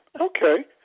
okay